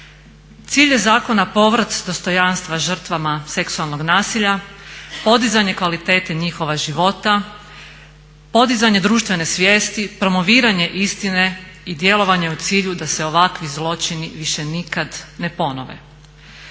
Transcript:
Cilj je zakona povrat dostojanstva žrtvama seksualnog nasilja, podizanje kvalitete njihova života, podizanje društvene svijesti, promoviranje istine i djelovanja u cilju da se ovakvi zločini više nikad ne ponove.